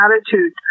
attitude